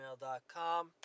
gmail.com